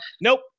Nope